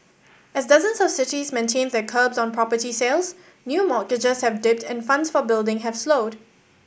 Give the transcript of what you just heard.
as dozens of cities maintain their curbs on property sales new mortgages have dipped and funds for building have slowed